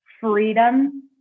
freedom